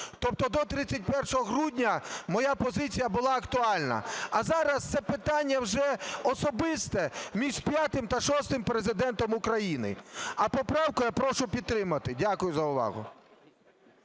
Тобто до 31 грудня моя позиція була актуальна. А зараз це питання вже особисто між п'ятим та шостим Президентом України. А поправку я прошу підтримати. Дякую за увагу.